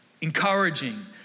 encouraging